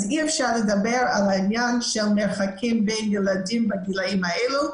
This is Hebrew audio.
אז אי אפשר לדבר על עניין של מרחקים בין ילדים בגילאים האלו,